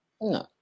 No